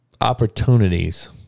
opportunities